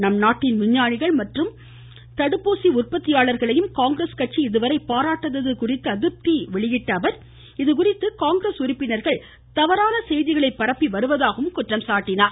நம் நாட்டின் விஞ்ஞானிகள் மற்றும் சமூகத்தையும் தடுப்பூசி உற்பத்தியாளர்களையும் காங்கிரஸ் இதுவரை பாராட்டாதது குறித்து அதிர்ப்தி தெரிவித்த அவர் இதுகுறித்து காங்கிரஸ் உறுப்பினர்கள் தவறான செய்திகளை பரப்பி வருவதாக குற்றம் சாட்டினார்